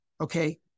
Okay